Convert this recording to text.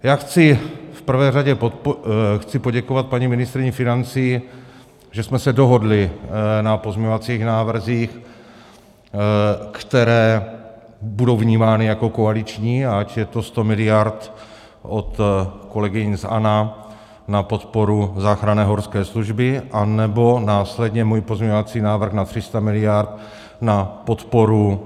Já chci v prvé řadě poděkovat paní ministryni financí, že jsme se dohodli na pozměňovacích návrzích, které budou vnímány jako koaliční, ať je to 100 mld. od kolegyně z ANO na podporu záchranné horské služby, anebo následně můj pozměňovací návrh na 300 mld. na podporu...